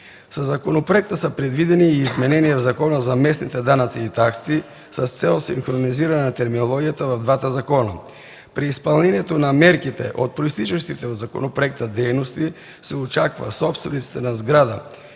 Със законопроекта са предвидени и изменения в Закона за местните данъци и такси с цел синхронизиране на терминологията в двата закона. При изпълнението на мерките от произтичащите от законопроекта дейности се очаква собствениците на сгради